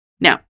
Now